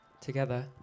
together